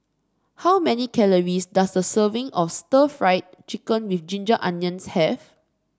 how many calories does a serving of Stir Fried Chicken with Ginger Onions have